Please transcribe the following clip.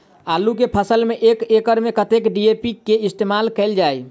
आलु केँ फसल मे एक एकड़ मे कतेक डी.ए.पी केँ इस्तेमाल कैल जाए?